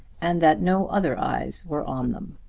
and that no other eyes were on them.